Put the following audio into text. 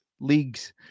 leagues